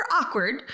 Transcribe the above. awkward